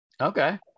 Okay